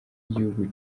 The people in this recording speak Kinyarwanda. igihugu